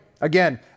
Again